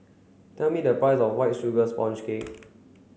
tell me the price of white sugar sponge cake